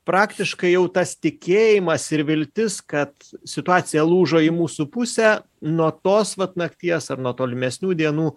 praktiškai jau tas tikėjimas ir viltis kad situacija lūžo į mūsų pusę nuo tos vat nakties ar nuo tolimesnių dienų